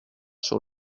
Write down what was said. sur